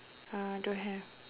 uh don't have